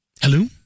Hello